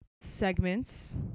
segments